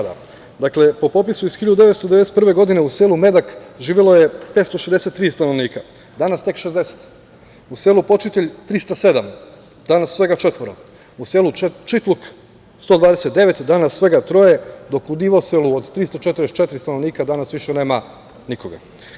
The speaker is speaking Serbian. Dakle, po popisu iz 1991. godine, u selu Medak živelo je 563 stanovnika, danas tek 60, u selu Počitelj 307, danas svega četvoro, u selu Čitluk 129, danas svega troje, dok u Divoselu od 344 stanovnika danas više nema nikoga.